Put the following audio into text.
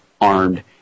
armed